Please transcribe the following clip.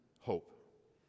hope